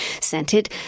scented